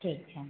ठीक है